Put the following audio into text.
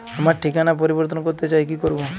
আমার ঠিকানা পরিবর্তন করতে চাই কী করব?